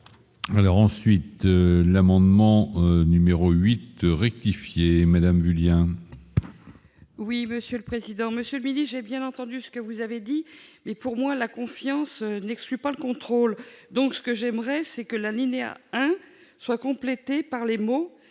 Alors ensuite l'amendement numéro 8 rectifier Madame Julien. Oui, Monsieur le président Monsieur Billy, j'ai bien entendu ce que vous avez dit, mais pour moi, la confiance n'exclut pas le contrôle, donc ce que j'aimerais, c'est que la à soit complété par les mots